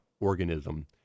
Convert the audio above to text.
organism